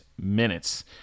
minutes